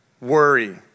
worry